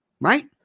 Right